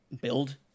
build